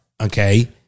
okay